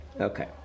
Okay